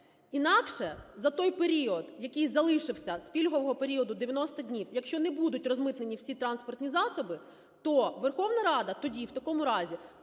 Інакше за той період, який залишився з пільгового періоду 90 днів, якщо не будуть розмитнені всі транспортні засоби, то Верховна Рада тоді в такому разі